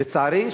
לצערי,